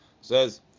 Says